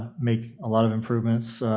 make a lot of improvements.